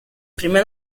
prime